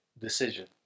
decision